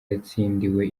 yatsindiwe